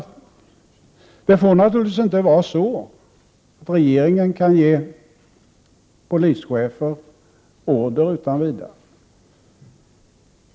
Det får naturligtvis inte vara så, att regeringen kan ge polischefer order utan vidare.